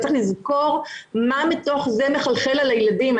אבל צריך לזכור מה מתוך זה מחלחל לילדים.